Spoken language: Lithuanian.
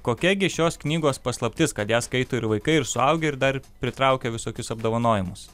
kokia gi šios knygos paslaptis kad ją skaito ir vaikai ir suaugę ir dar pritraukia visokius apdovanojimus